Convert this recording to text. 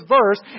verse